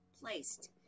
placed